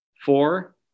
Four